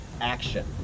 action